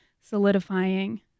solidifying